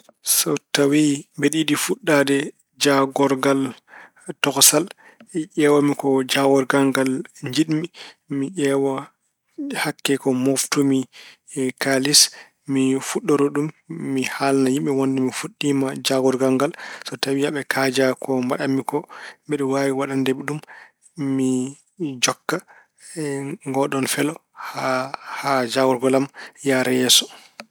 So tawi mbeɗa yiɗi fuɗɗaade jaagorgal tokosal, ƴeewan mi ko jaagorgal ngal njiɗmi. Mi ƴeewa hakke ko mooftu mi kaalis, mi fuɗɗoro ɗum. Mi haalna yimɓe wonde mi fuɗɗiima jaagorgal ngal, so tawi aɓe kaaja ko mbaɗan mi ko, mbeɗe waawi waɗande ɓe ɗum. Mi jokka e ngooɗoon felo haa- haa jaagorgal am yahra yeeso.